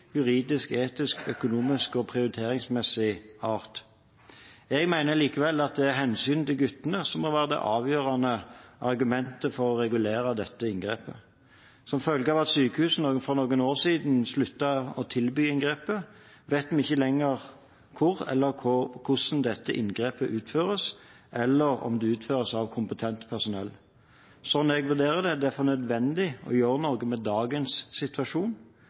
juridisk, etisk, økonomisk og prioriteringsmessig art. Jeg mener likevel hensynet til guttene må være det avgjørende argumentet for å regulere dette inngrepet. Som følge av at sykehusene for noen år siden sluttet å tilby inngrepet, vet vi ikke lenger hvor eller hvordan dette inngrepet utføres, eller om det utføres av kompetent personell. Slik jeg vurderer det, er det derfor nødvendig å gjøre noe med dagens situasjon.